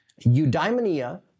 Eudaimonia